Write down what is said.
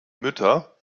mütter